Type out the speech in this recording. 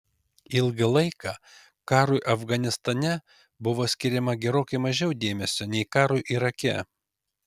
ilgą laiką karui afganistane buvo skiriama gerokai mažiau dėmesio nei karui irake